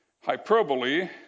hyperbole